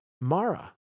Mara